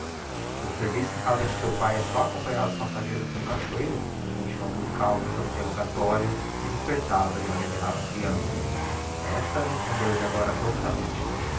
teu serviço em casa de teu pae é só acompanhar os passageiros para o caciíociro continuou milkau no seu interrogatório que despertava e alegrava a creança esta respondeu-lhe agora promptamente